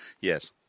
Yes